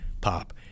pop